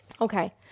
Okay